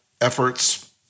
efforts